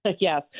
Yes